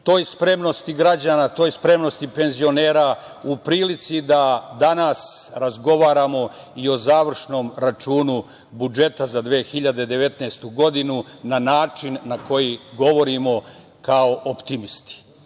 toj spremnosti građana, toj spremnosti penzionera u prilici da danas razgovaramo i o završnom računu budžeta za 2019. godinu na način na koji govorimo kao optimisti,